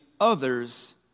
others